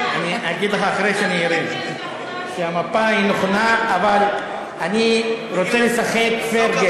אגיד לך אחרי שארד שהמפה היא נכונה אבל אני רוצה לשחק fair game.